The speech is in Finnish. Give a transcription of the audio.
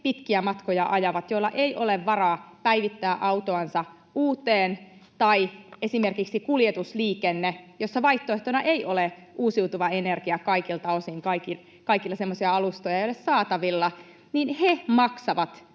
pitkiä matkoja ajavat, joilla ei ole varaa päivittää autoansa uuteen, ja esimerkiksi kuljetusliikenne, jossa vaihtoehtona ei ole uusiutuva energia kaikilta osin — kaikilla semmoisia alustoja ei ole saatavilla — maksavat